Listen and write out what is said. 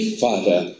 father